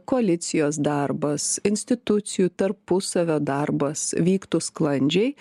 koalicijos darbas institucijų tarpusavio darbas vyktų sklandžiai